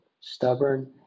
stubborn